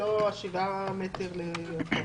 ולא השבעה מטר ללקוח.